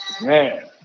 Man